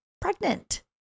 pregnant